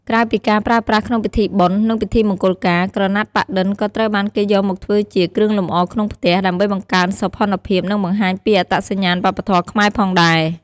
ក្រៅពីការប្រើប្រាស់ក្នុងពិធីបុណ្យ និងពិធីមង្គលការ ក្រណាត់ប៉ាក់-ឌិន ក៏ត្រូវបានគេយកមកធ្វើជា គ្រឿងលម្អក្នុងផ្ទះ ដើម្បីបង្កើនសោភ័ណភាព និងបង្ហាញពីអត្តសញ្ញាណវប្បធម៌ខ្មែរផងដែរ។